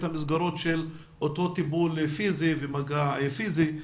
המסגרות של אותו טיפול פיזי ומגע פיזי.